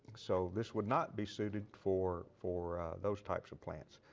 so, this would not be suited for for those types of plants.